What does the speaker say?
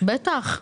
בטח.